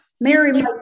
Mary